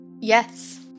Yes